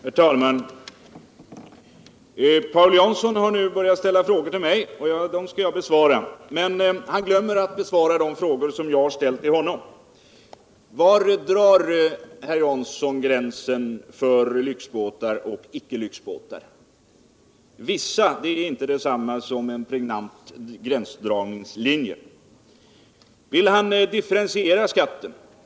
Herr talman! Paul Jansson har nu börjat ställa frågor ull mig, och jag skall besvara dem, men han glömmer att besvara de frågor som jag har ställt till honom. Var drar Paul Jansson gränsen mellan lyxbåtar och inte lyxbåtar? ”Vissa” är inte detsamma som en pregnant gränsdragningslinje. Vill Paul Jansson differentiera skatten?